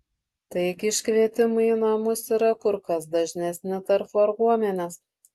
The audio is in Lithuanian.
taigi iškvietimai į namus yra kur kas dažnesni tarp varguomenės